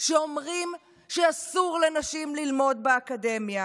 שאומרות שאסור לנשים ללמוד באקדמיה,